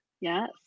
Yes